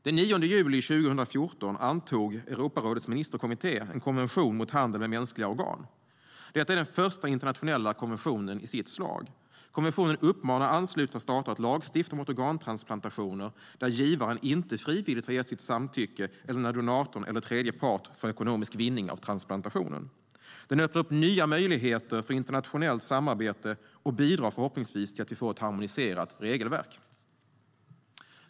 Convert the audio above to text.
Den 9 juli 2014 antog Europarådets ministerkommitté en konvention mot handel med mänskliga organ. Det är den första internationella konventionen i sitt slag. Konventionen uppmanar anslutna stater att lagstifta mot organtransplantationer där givaren inte frivilligt har gett sitt samtycke eller när donatorn eller tredje part får ekonomisk vinning av transplantationen. Konventionen öppnar nya möjligheter för internationellt samarbete och bidrar förhoppningsvis till att vi får ett harmoniserat regelverk.